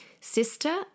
sister